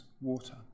water